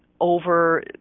over